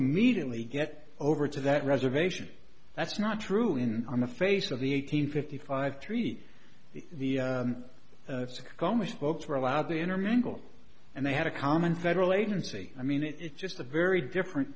immediately get over to that reservation that's not true in on the face of the eight hundred fifty five treat the sick amish folks were allowed to intermingle and they had a common federal agency i mean it's just a very different